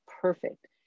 perfect